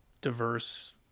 diverse